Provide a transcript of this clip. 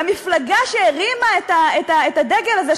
והמפלגה שהרימה את הדגל הזה,